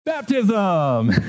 Baptism